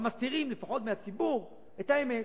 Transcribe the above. אבל מסתירים לפחות מהציבור את האמת.